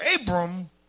Abram